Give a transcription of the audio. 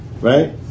Right